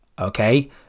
Okay